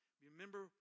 Remember